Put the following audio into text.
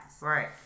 right